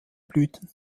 blüten